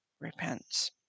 repents